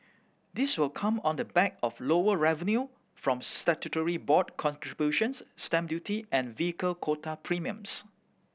this will come on the back of lower revenue from statutory board contributions stamp duty and vehicle quota premiums